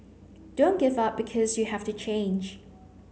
don't give up because you have to change